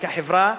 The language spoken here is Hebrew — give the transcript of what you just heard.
כחברה,